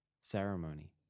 Ceremony